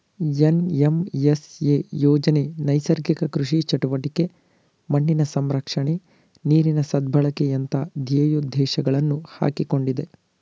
NMSA ಯೋಜನೆ ನೈಸರ್ಗಿಕ ಕೃಷಿ ಚಟುವಟಿಕೆ, ಮಣ್ಣಿನ ಸಂರಕ್ಷಣೆ, ನೀರಿನ ಸದ್ಬಳಕೆಯಂತ ಧ್ಯೇಯೋದ್ದೇಶಗಳನ್ನು ಹಾಕಿಕೊಂಡಿದೆ